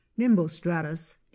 Nimbostratus